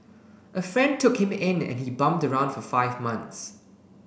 a friend took him in and he bummed around for five months